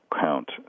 count